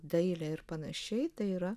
dailė ir panašiai tai yra